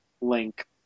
link